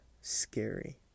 scary